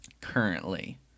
currently